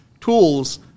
tools